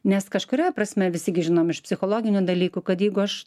nes kažkuria prasme visi gi žinom iš psichologinių dalykų kad jeigu aš